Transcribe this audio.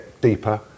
deeper